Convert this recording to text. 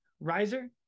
riser